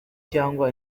cyangwa